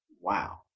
Wow